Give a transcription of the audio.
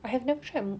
I have never tried